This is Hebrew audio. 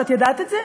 את ידעת את זה?